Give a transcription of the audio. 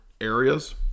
areas